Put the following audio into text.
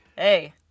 Hey